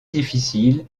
difficiles